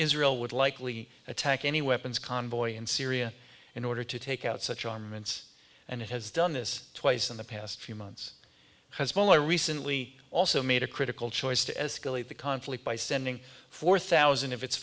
israel would likely attack any weapons convoy in syria in order to take out such armaments and it has done this twice in the past few months as well i recently also made a critical choice to escalate the conflict by sending four thousand of it